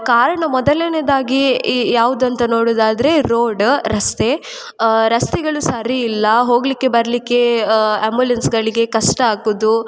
ಕಾರಣ ಮೊದಲನೆಯದಾಗಿ ಯಾವ್ದು ಅಂತ ನೋಡೋದಾದ್ರೆ ರೋಡ ರಸ್ತೆ ರಸ್ತೆಗಳು ಸರಿ ಇಲ್ಲ ಹೋಗಲಿಕ್ಕೆ ಬರ್ಲಿಕ್ಕೆ ಆಂಬ್ಯುಲೆನ್ಸ್ಗಳಿಗೆ ಕಷ್ಟ ಆಗೋದು